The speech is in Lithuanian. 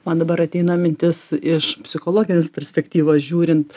man dabar ateina mintis iš psichologinės perspektyvos žiūrint